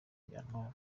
byantwara